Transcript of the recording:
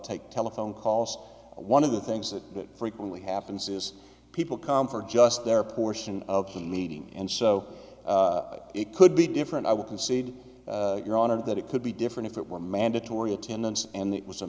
take telephone call so one of the things that frequently happens is people come for just their portion of his meeting and so it could be different i would concede your honor that it could be different if it were mandatory attendance and it was a